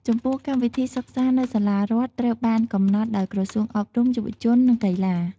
ចំពោះ កម្មវិធីសិក្សានៅសាលារដ្ឋត្រូវបាន កំណត់ដោយក្រសួងអប់រំ យុវជន និងកីឡា។